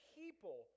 people